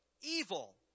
evil